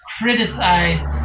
criticized